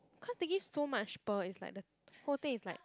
cause they give so much pearl it's like the whole thing is like